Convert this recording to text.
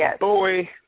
boy